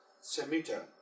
Semita